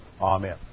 Amen